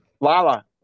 Lala